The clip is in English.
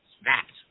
snapped